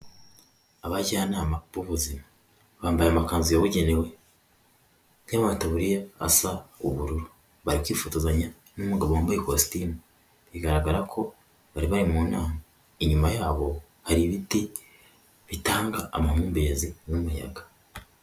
Abajyanama b'ubuzima bambaye amakanzu yabugenewe nkabataburiye asahu ubururu, bari kwkifotozanya n'umugabo wambaye ikositimu bigaragara ko bari munama, inyuma yabo hari ibiti bitanga amahumbezi n'umuyaga.